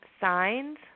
signs